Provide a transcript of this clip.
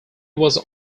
was